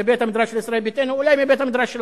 מבית-המדרש של